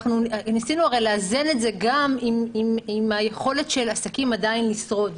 אנחנו ניסינו הרי לאזן את זה גם עם היכולת של העסקים עדיין לשרוד.